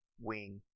Wing